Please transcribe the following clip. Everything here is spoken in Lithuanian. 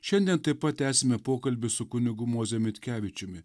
šiandien taip pat tęsime pokalbį su kunigu moze mitkevičiumi